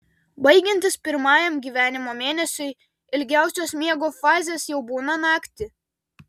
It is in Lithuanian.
baigiantis pirmajam gyvenimo mėnesiui ilgiausios miego fazės jau būna naktį